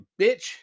bitch